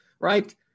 right